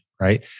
right